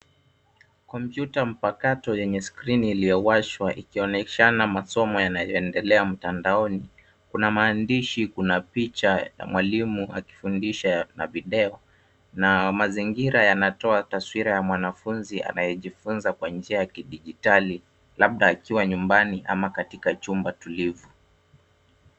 Kompyuta mpakato yenye skrini iliowashwa ikionyeshana masomo yanayoendelea mtandaoni, kuna maandishi, kuna picha ya mwalimu akifundisha na videyo, na mazingira yanatoa taswira ya mwanafunzi anayejifunza kwa njia ya kidijitali, labda akiwa nyumbani, ama katika chumba tulivu.